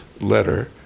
letter